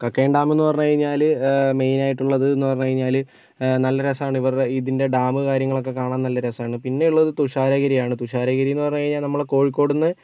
Kakkayam dam എന്ന് പറഞ്ഞു കഴിഞ്ഞാല് മെയിൻ ആയിട്ടുള്ളത് എന്ന് പറഞ്ഞ് കഴിഞ്ഞാല് നല്ല രസമാണ് ഇവരുടെ ഇതിൻറെ ഡാമ്മ് കാര്യങ്ങളൊക്കെ കാണാൻ നല്ല രസമാണ് പിന്നെ ഉള്ളത് തുഷാരഗിരി ആണ് തുഷാരഗിരി എന്ന് പറഞ്ഞ് കഴിഞ്ഞാൽ നമ്മളുടെ കോഴിക്കോട് നിന്ന്